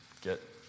get